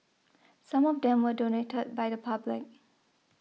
some of them were donated by the public